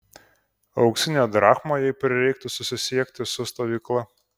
o auksinę drachmą jei prireiktų susisiekti su stovykla